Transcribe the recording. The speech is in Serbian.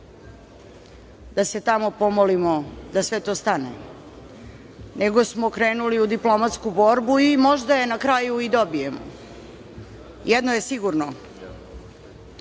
da se tamo pomolimo da sve to stane, nego smo krenuli u diplomatsku borbu i možda je na kraju i dobijemo. Jedno je sigurno,